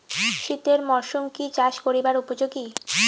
শীতের মরসুম কি চাষ করিবার উপযোগী?